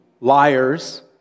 liars